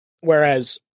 Whereas